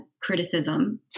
criticism